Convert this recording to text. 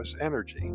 energy